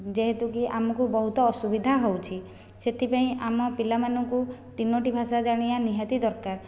ଯେହେତୁ କି ଆମକୁ ବହୁତ ଅସୁବିଧା ହେଉଛି ସେଥିପାଇଁ ଆମ ପିଲାମାନଙ୍କୁ ତିନୋଟି ଭାଷା ଜାଣିବା ନିହାତି ଦରକାର